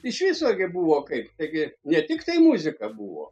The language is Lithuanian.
iš viso gi buvo kaip taigi ne tiktai muzika buvo